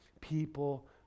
people